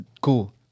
cool